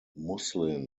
muslin